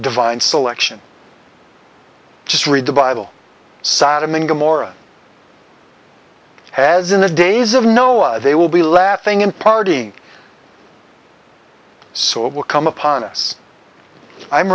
divine selection just read the bible sodom and gomorrah as in the days of noah they will be laughing in parting so it will come upon us i'm